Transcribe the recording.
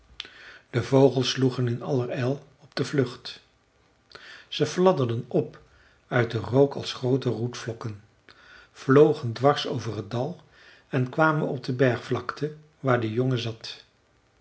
de vogels sloegen in allerijl op de vlucht ze fladderden op uit den rook als groote roetvlokken vlogen dwars over het dal en kwamen op de bergvlakte waar de jongen zat